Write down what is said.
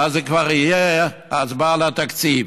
ואז כבר תהיה ההצבעה על התקציב.